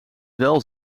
wel